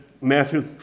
Matthew